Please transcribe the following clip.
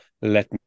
let